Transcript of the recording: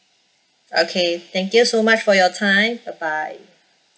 okay thank you so much for your time bye bye